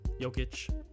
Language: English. Jokic